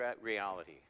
reality